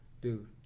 Dude